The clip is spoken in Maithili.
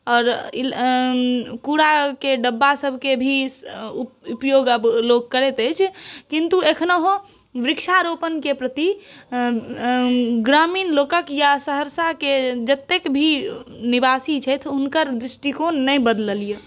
आओर कूड़ाके डब्बा सबके भी उपयोग आब लोक करैत अछि किन्तु एखनो वृक्षारोपन के प्रति ग्रामीण लोकक या सहरसाके जतेक भी निवासी छथि हुनकर दृष्टिकोण नहि बदलल ये